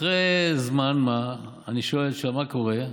אחרי זמן מה אני שואל שם: מה קורה?